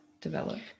develop